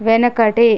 వెనకటి